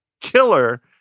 killer